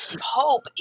hope